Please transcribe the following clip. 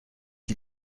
die